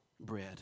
bread